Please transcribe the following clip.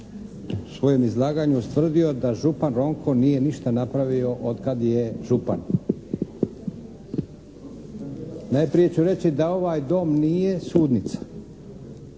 u svojem izlaganju ustvrdio da župan Ronko nije ništa napravio od kad je župan. Najprije ću reći da ovaj Dom nije sudnica.